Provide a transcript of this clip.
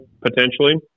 potentially